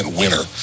winner